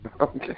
Okay